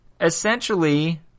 essentially